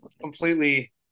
completely